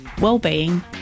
well-being